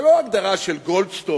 זאת לא הגדרה של גולדסטון,